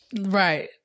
Right